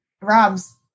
rob's